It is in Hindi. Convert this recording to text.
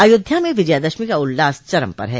अयोध्या में विजयादशमी का उल्लास चरम पर है